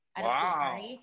Wow